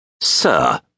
sir